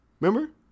Remember